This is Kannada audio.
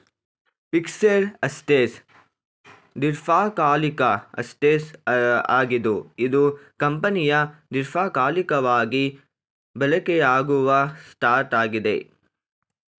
ಫಿಕ್ಸೆಡ್ ಅಸೆಟ್ಸ್ ದೀರ್ಘಕಾಲಿಕ ಅಸೆಟ್ಸ್ ಆಗಿದ್ದು ಇದು ಕಂಪನಿಯ ದೀರ್ಘಕಾಲಿಕವಾಗಿ ಬಳಕೆಯಾಗುವ ಸ್ವತ್ತಾಗಿದೆ